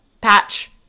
Patch